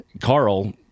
Carl